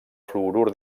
fluorur